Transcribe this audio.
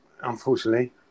unfortunately